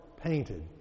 painted